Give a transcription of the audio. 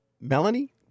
Melanie